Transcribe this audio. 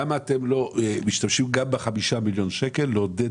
למה אתם לא משתמשים גם ב-5 מיליון שקלים לעודד